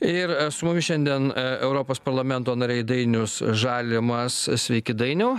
ir su mumis šiandien europos parlamento nariai dainius žalimas sveiki dainiau